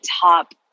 top